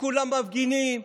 כולם מפגינים.